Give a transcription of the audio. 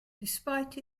despite